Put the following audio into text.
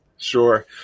Sure